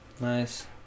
Nice